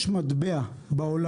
יש מטבע בעולם.